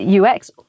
ux